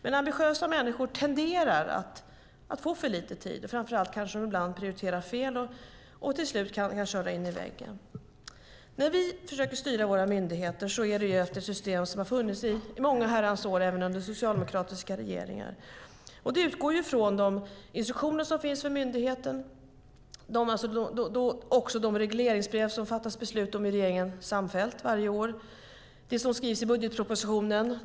Men ambitiösa människor tenderar att få för lite tid. Framför allt kanske de ibland prioriterar fel och kör till slut in i väggen. När vi försöker styra våra myndigheter gör vi det efter system som har funnits i många herrans år även under socialdemokratiska regeringar. Det hela utgår ifrån de instruktioner som finns för myndigheten, de regleringsbrev som det fattas beslut om i regeringen samfällt varje år och det som skrivs i budgetpropositionen.